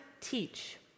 teach